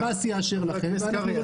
עבאס יאשר לכם ואנחנו לא נצעק.